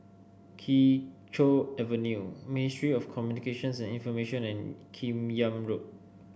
Kee Choe Avenue Ministry of Communications and Information and Kim Yam Road